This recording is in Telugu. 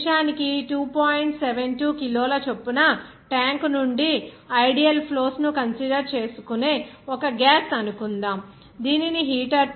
72 కిలోల చొప్పున ట్యాంక్ నుండి ఐడియల్ ఫ్లోస్ ను కన్సిడర్ చేసుకునే ఒక గ్యాస్ అనుకుందాం దీనిని హీటర్లో 65